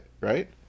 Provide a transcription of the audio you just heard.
right